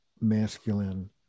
masculine